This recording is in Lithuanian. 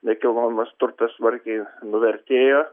nekilnojamas turtas smarkiai nuvertėjo